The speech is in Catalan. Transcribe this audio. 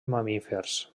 mamífers